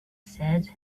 said